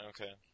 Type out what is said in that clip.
Okay